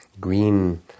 green